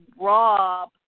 Rob